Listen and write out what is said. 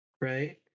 right